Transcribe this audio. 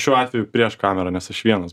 šiuo atveju prieš kamerą nes aš vienas